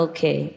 Okay